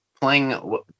playing